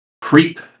creep